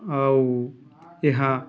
ଆଉ ଏହା